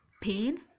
pain